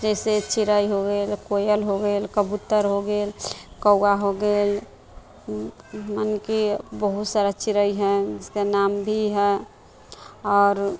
जइसे चिड़ै हो गेल कोयल हो गेल कबूतर हो गेल कौआ हो गेल मने कि बहुत सारा चिड़ै हइ जिसका नाम भी हइ आओर